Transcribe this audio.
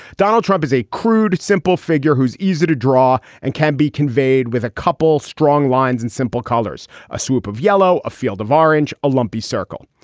donald trump is a crude, simple figure who's easy to draw and can be conveyed with a couple strong lines in simple colors a soup of yellow, a field of orange, a lumpy circle.